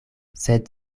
sed